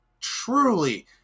truly